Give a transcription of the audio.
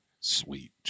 Sweet